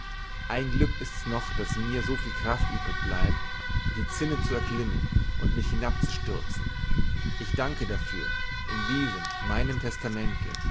ein glück ist's noch daß mir so viel kraft übrig bleibt die zinne zu erklimmen und mich hinabzustürzen ich danke dafür in diesem meinem testamente